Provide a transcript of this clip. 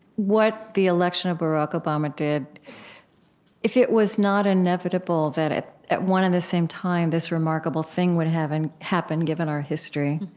what the election of barack obama did if it was not inevitable that at at one and the same time this remarkable thing would and happen, given our history,